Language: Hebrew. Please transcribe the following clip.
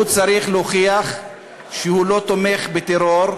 הוא צריך להוכיח שהוא לא תומך בטרור,